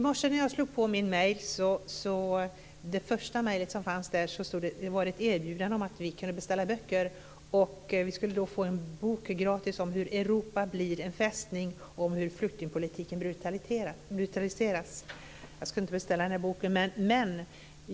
Herr talman! I morse när jag öppnade e-posten var det första mejlet ett erbjudande om att beställa böcker. Vi kunde få en bok gratis om hur Europa blir en fästning och om hur flyktingpolitiken brutaliseras. Jag ska inte beställa den boken.